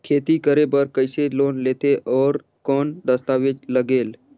खेती करे बर कइसे लोन लेथे और कौन दस्तावेज लगेल?